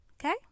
Okay